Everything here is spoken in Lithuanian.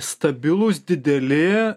stabilūs dideli